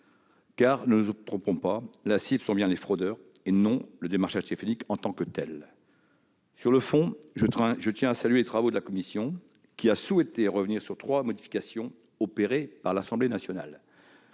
! Ne nous y trompons pas : la cible, ce sont bien les fraudeurs, et non le démarchage téléphonique en tant que tel. Sur le fond, je tiens à saluer les travaux de la commission, qui a souhaité revenir sur trois modifications opérées par l'Assemblée nationale.